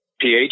pH